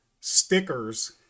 stickers